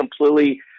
completely